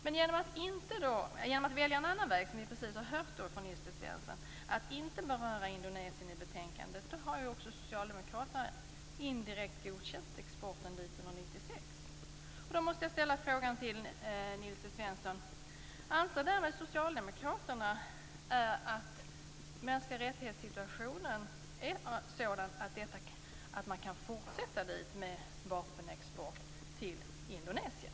Men genom att välja en annan väg - som vi just har hört Nils T Svensson säga - nämligen att inte beröra Indonesien i betänkandet, har Socialdemokraterna indirekt godkänt exporten dit under 1996. Då måste jag fråga Nils T Svensson: Anser därmed Socialdemokraterna att situationen med de mänskliga rättigheterna är sådan att det går att fortsätta med vapenexport till Indonesien?